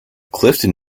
clifton